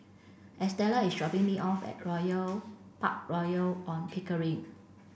Estela is dropping me off at Royal Park Royal On Pickering